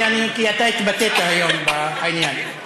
כי אתה התבטאת היום בעניין.